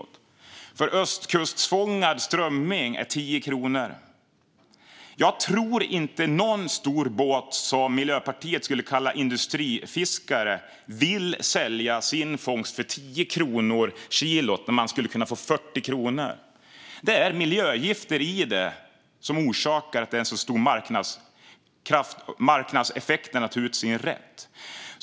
För östkustfångad strömming var det 10 kronor. Jag tror inte att fiskare på någon stor båt, som Miljöpartiet skulle kalla industrifiskare, vill sälja sin fångst för 10 kronor kilot när de skulle kunna få 40 kronor. Det är miljögifterna som orsakar att marknadseffekterna tar ut sin rätt.